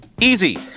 Easy